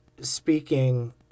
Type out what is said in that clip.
Speaking